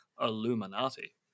Illuminati